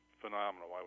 phenomenal